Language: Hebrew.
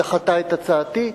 דחתה את הצעתי,